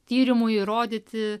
tyrimų įrodyti